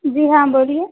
جی ہاں بولیے